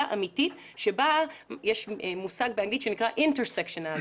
אמיתית שבה יש מושג באנגלית שנקרא intersectionality,